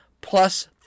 plus